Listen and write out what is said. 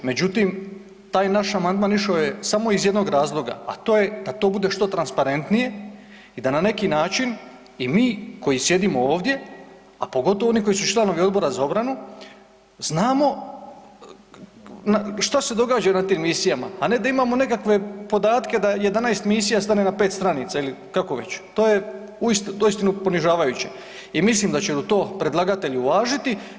Međutim, taj naš amandman išao je iz samo jednog razloga, a to je da to bude što transparentnije i da na neki način i mi koji sjedimo ovdje, a pogotovo oni koji su članovi Odbora za obranu znamo šta se događa na tim misijama, a ne da imamo nekakve podatke da 11 misija stane na pet stranica ili kako već, to je uistinu ponižavajuće i mislim da će to predlagatelj uvažiti.